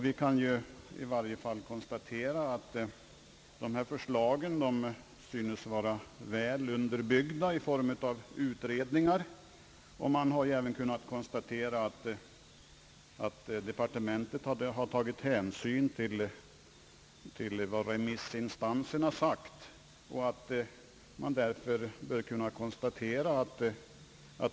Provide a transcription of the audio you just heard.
Vi kan i varje fall notera att dessa förslag synes vara väl underbyggda i form av utredningar. Man har även kunnat konstatera att departementet har tagit hänsyn till vad remissinstanserna anfört.